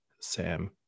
Sam